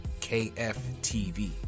KFTV